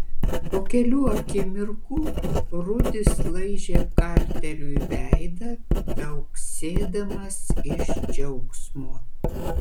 po kelių akimirkų rudis laižė karteriui veidą viauksėdamas iš džiaugsmo